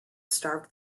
starved